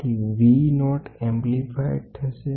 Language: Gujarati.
તેથી વી નોટ વિસ્તૃત થશે